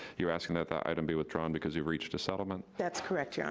you're asking that that item be withdrawn, because you've reached a settlement? that's correct, yeah